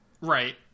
right